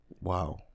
Wow